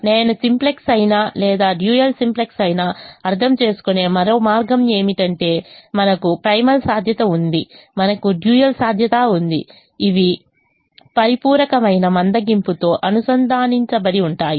నేను సింప్లెక్స్ అయినా లేదా డ్యూయల్ సింప్లెక్స్ అయినా అర్థం చేసుకునే మరో మార్గం ఏమిటంటే మనకు ప్రైమల్ సాధ్యత ఉంది మనకు డ్యూయల్ సాధ్యత ఉంది ఇవి పరిపూరకరమైన మందగింపుతో అనుసంధానించబడి ఉంటాయి